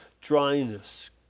dryness